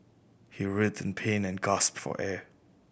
he writhed in pain and gasped for air